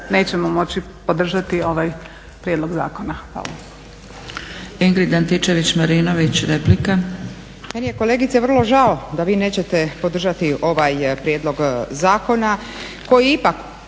nećemo moći podržati ovaj prijedlog zakona. Hvala.